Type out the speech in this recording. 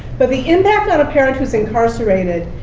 but the impact on a parent who's incarcerated,